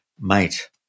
Mate